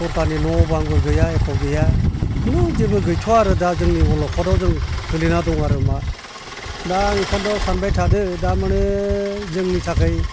सरखारनि न' बांबो गैया एख' गैया खनु जेबो गैथ'आ आरो दा जों अलखदाव जों गोलैना दङ आरो मा दा आं इखायनोथ' आं सानबायथादो दा माने जोंनि थाखाय